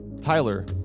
Tyler